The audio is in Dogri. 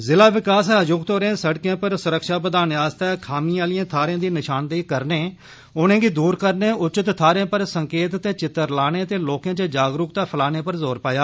ज़िला विकास आयुक्त होरें सड़कें पर सुरक्षा बदाने आस्तै खामिएं आलिएं थाहरें दी निशानदेई करने उनेंगी दूर करने उचित थाहरें पर संकेत ते चित्र लाने ते लोकें च जागरूकता फैलाने पर जोर पाया